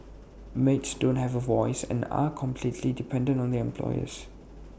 maids don't have A voice and are completely dependent on their employers